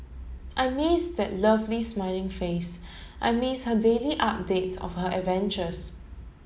I miss that lovely smiling face I miss her daily updates of her adventures